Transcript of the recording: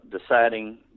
deciding